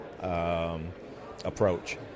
approach